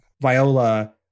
Viola